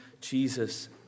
Jesus